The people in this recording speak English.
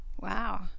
Wow